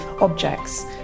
objects